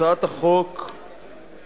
הצעת החוק נדונה,